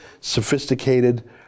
sophisticated